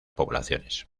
poblaciones